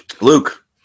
luke